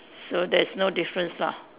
so there's no difference lah